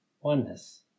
oneness